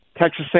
Texas